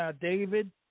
David